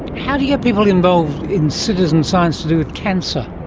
how do you get people involved in citizen science to do with cancer?